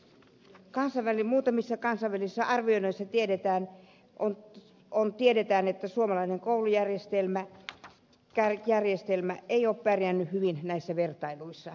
kansa näki muutamissa kansainvälisen arvion muutamista kansainvälisistä arvioinneista tiedetään että suomalainen koulujärjestelmä ei ole pärjännyt hyvin näissä vertailuissa